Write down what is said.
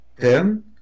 ten